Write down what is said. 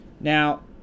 Now